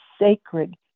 sacred